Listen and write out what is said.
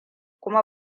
kuma